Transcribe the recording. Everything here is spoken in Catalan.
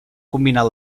combinat